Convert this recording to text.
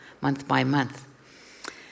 month-by-month